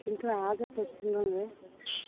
কিন্তু আজও পশ্চিমবঙ্গে